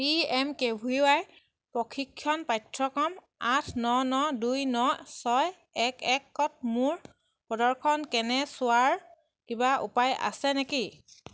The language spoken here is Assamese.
P M K V Y প্ৰশিক্ষণ পাঠ্যক্ৰম আঠ ন ন দুই ন ছয় এক একত মোৰ প্ৰদৰ্শন কেনে চোৱাৰ কিবা উপায় আছে নেকি